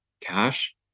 Cash